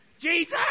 Jesus